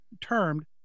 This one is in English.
termed